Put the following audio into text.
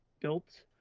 built